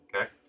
Okay